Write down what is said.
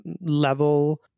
level